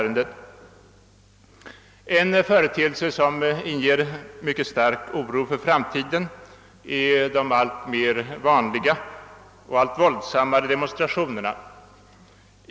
En företeelse som inger mycket stark oro för framtiden är de alltmer vanliga och allt våldsammare demonstrationerna.